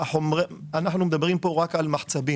אנחנו מדברים פה רק על מחצבים.